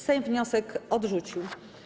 Sejm wniosek odrzucił.